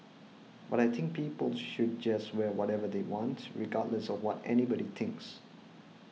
but I think people should just wear whatever they want regardless of what anybody thinks